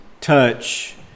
touch